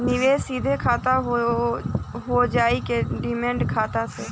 निवेश सीधे खाता से होजाई कि डिमेट खाता से?